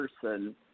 person